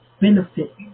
benefit